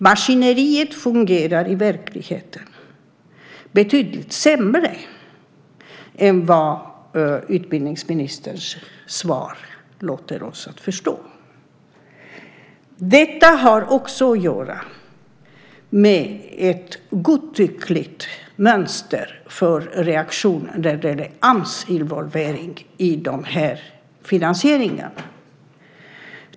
Maskineriet fungerar i verkligheten betydligt sämre än vad utbildningsministerns svar låter oss förstå. Detta har också att göra med ett godtyckligt mönster för reaktion där det är Amsinvolvering i finansieringarna.